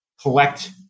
collect